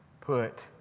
put